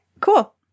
Cool